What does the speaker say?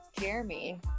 Jeremy